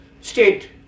state